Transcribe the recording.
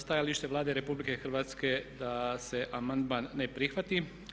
Stajalište je Vlade RH da se amandman ne prihvati.